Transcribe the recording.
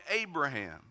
Abraham